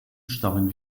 stammen